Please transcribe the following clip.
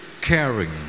Caring